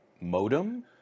modem